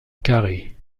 carrée